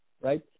Right